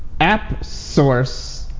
AppSource